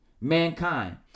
mankind